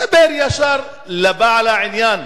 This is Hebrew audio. תדבר ישר אל בעל העניין,